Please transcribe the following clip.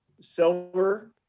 Silver